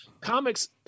comics